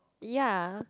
ya